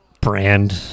brand